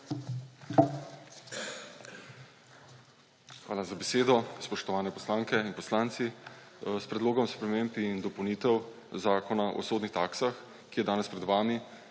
Hvala za besedo. Spoštovani poslanke in poslanci! S Predlogom sprememb in dopolnitev Zakona o sodnih taksah, ki je danes pred vami,